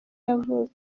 yavutse